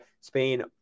Spain